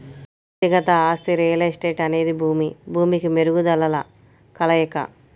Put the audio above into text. వ్యక్తిగత ఆస్తి రియల్ ఎస్టేట్అనేది భూమి, భూమికి మెరుగుదలల కలయిక